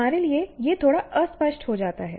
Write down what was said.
हमारे लिए यह थोड़ा अस्पष्ट हो जाता है